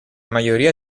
mayoría